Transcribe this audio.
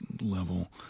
level